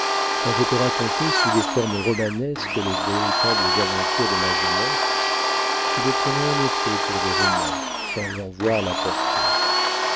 quand je te racontais sous des formes romanesques les véritables aventures de ma jeunesse tu les prenais en effet pour des romans sans en voir la portée